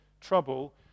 trouble